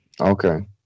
Okay